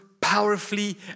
powerfully